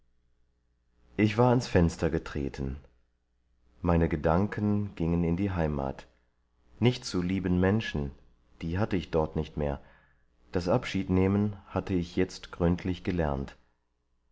ich war ans fenster getreten meine gedanken gingen in die heimat nicht zu lieben menschen die hatte ich dort nicht mehr das abschiednehmen hatte ich jetzt gründlich gelernt